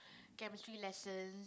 Chemistry lesson